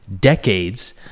decades